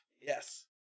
Yes